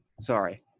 Sorry